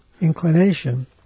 inclination